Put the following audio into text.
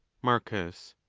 marcus.